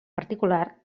particular